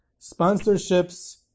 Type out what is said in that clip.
sponsorships